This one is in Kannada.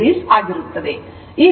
4o ಆಗಿರುತ್ತದೆ